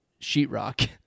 Sheetrock